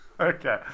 Okay